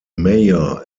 mayor